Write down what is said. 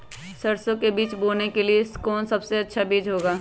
सरसो के बीज बोने के लिए कौन सबसे अच्छा बीज होगा?